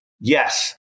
yes